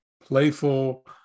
playful